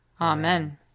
Amen